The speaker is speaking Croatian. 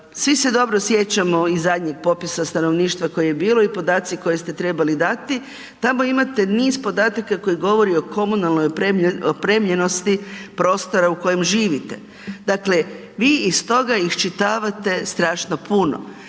Svi se dobro sjećamo i zadnjeg popisa stanovništva koje je bilo i podaci koje ste trebali dati, tamo niz podataka koji govore o komunalnom opremljenosti prostora u kojem živite. Dakle vi iz toga iščitavate strašno puno.